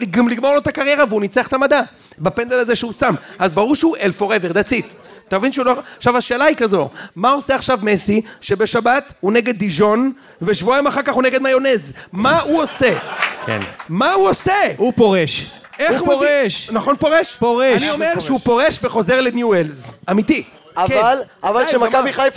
לגמור לו את הקריירה והוא ניצח את המדע. בפנדל הזה שהוא שם, אז ברור שהוא אל for ever, that's it. אתה מבין שהוא לא, עכשיו השאלה היא כזו, מה עושה עכשיו מסי שבשבת הוא נגד דיז'ון ושבועיים אחר כך הוא נגד מיונז? מה הוא עושה? כן. מה הוא עושה? הוא פורש. איך הוא פורש? הוא פורש. נכון פורש? אני אומר שהוא פורש וחוזר לניו וולס. אמיתי. אבל שמכבי חיפה...